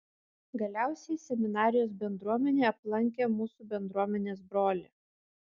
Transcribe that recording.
galiausiai seminarijos bendruomenė aplankė mūsų bendruomenės brolį